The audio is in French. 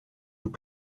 vous